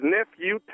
Nephew